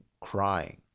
crying